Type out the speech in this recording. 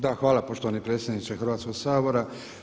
Da hvala poštovani predsjedniče Hrvatskog sabora.